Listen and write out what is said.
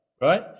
right